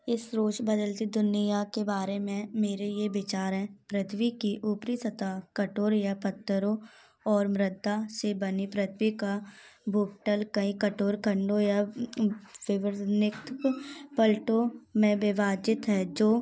इस रोज़ बदलती दुनिया के बारे में मेरे ये विचार हैं पृथ्वी की ऊपरी सतह कठोर या पत्थरों और मृद्दा से बनी पृथ्वी का भूतल कहीं कठोर खंडों या विवरनिक्त परथों में विभाजित है जो